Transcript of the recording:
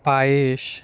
পায়েশ